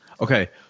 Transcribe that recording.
Okay